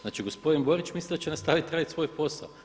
Znači, gospodin Borić misli da će nastaviti raditi svoj posao.